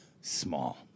small